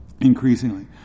increasingly